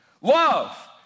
Love